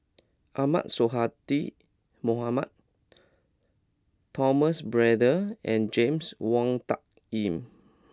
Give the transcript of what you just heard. Ahmad Sonhadji Mohamad Thomas Braddell and James Wong Tuck Yim